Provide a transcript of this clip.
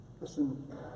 Listen